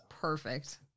perfect